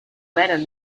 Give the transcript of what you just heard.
better